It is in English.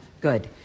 Good